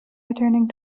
returning